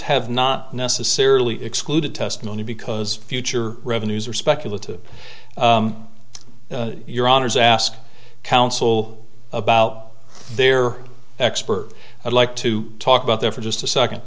have not necessarily excluded testimony because future revenues are speculative your honour's ask counsel about their expert i'd like to talk about there for just a second